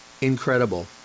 incredible